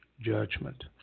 judgment